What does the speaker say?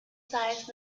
size